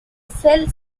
cell